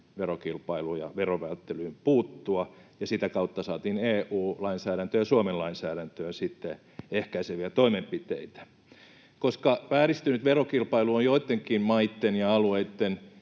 verokilpailuun ja verovälttelyyn puuttua, ja sitä kautta saatiin EU-lainsäädäntöön ja Suomen lainsäädäntöön sitten ehkäiseviä toimenpiteitä. Koska vääristynyt verokilpailu on joittenkin maitten ja alueitten